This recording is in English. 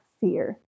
fear